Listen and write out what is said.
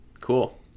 cool